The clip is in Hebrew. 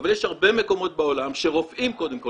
אבל יש הרבה מקומות בעולם שרופאים קודם כל